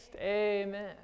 Amen